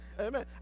Amen